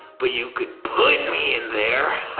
but you could put me in there.